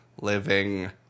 living